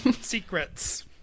secrets